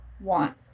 want